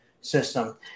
system